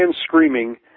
screaming